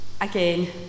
again